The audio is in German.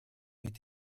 mit